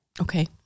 Okay